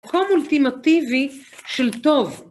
חום אולטימטיבי של טוב.